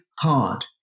hard